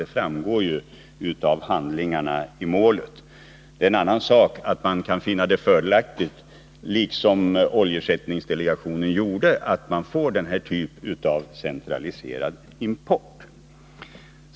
Det framgår av handlingarna i målet. Det är en annan sak att man kan finna det fördelaktigt, liksom oljeersättningsdelegationen gjorde, att få denna typ av centraliserad import.